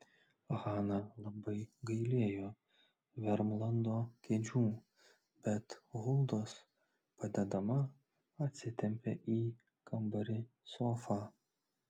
hana labai gailėjo vermlando kėdžių bet huldos padedama atsitempė į kambarį sofą